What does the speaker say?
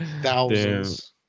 Thousands